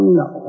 no